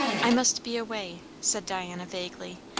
i must be away, said diana vaguely.